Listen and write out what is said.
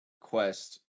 quest